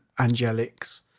angelics